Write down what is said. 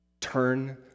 Turn